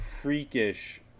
freakish